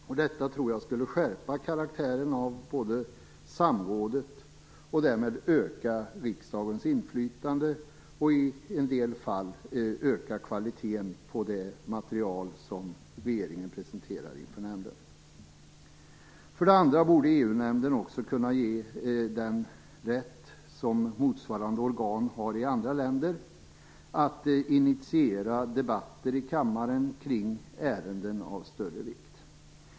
Jag tror att detta skulle skärpa karaktären av samråd, öka riksdagens inflytande och i en del fall öka kvaliteten på det material som regeringen presenterar inför nämnden. Dessutom borde EU-nämnden också kunna ges den rätt som motsvarande organ har i andra länder att initiera debatter i kammaren kring ärenden av större vikt.